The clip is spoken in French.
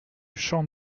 champ